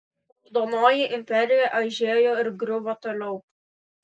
raudonoji imperija aižėjo ir griuvo toliau